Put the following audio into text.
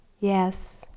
yes